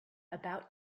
about